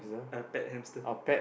a pet hamster